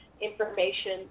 information